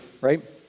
Right